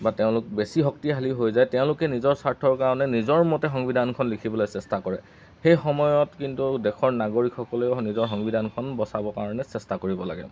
বা তেওঁলোক বেছি শক্তিশালী হৈ যায় তেওঁলোকে নিজৰ স্বাৰ্থৰ কাৰণে নিজৰ মতে সংবিধানখন লিখিবলৈ চেষ্টা কৰে সেই সময়ত কিন্তু দেশৰ নাগৰিকসকলেও নিজৰ সংবিধানখন বচাবৰ কাৰণে চেষ্টা কৰিব লাগে